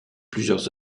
plusieurs